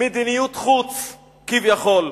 מדיניות חוץ כביכול,